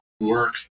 work